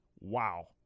wow